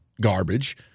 garbage